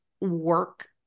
work